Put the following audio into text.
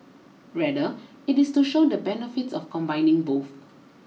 rather it is to show the benefits of combining both